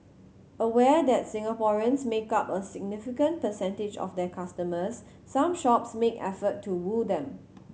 aware that Singaporeans make up a significant percentage of their customers some shops make effort to woo them